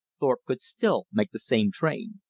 thorpe could still make the same train.